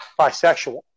bisexual